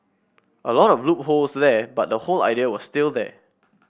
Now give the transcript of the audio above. a lot of loopholes there but the whole idea was still there